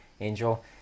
Angel